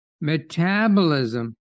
metabolism